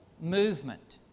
movement